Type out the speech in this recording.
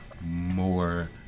more